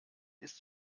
ist